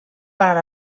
per